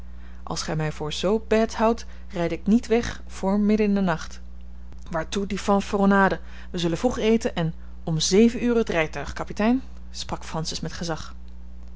als gij mij voor zoo bête houdt rijd ik niet weg vr midden in den nacht waartoe die fanfaronnade wij zullen vroeg eten en om zeven ure het rijtuig kapitein sprak francis met gezag